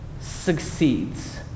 succeeds